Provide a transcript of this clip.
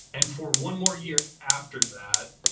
and for one more year after that,